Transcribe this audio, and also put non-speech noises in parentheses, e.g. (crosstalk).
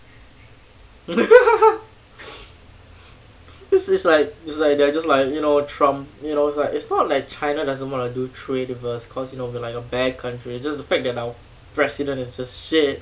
(laughs) this is like it's like they're just like you know trump you know it's like it's not like china doesn't wanna do trade with us cause you know we're like a bad country it's just the fact that our president is just shit